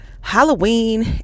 Halloween